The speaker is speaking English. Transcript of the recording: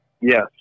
Yes